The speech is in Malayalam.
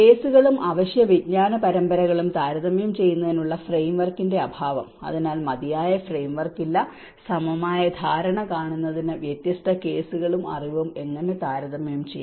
കേസുകളും അവശ്യ വിജ്ഞാന പരമ്പരകളും താരതമ്യം ചെയ്യുന്നതിനുള്ള ഫ്രെയിംവർക്കിന്റെ അഭാവം അതിനാൽ മതിയായ ഫ്രെയിംവർക്ക് ഇല്ല സമഗ്രമായ ധാരണ കാണുന്നതിന് വ്യത്യസ്ത കേസുകളും അറിവും എങ്ങനെ താരതമ്യം ചെയ്യാം